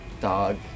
dog